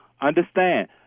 Understand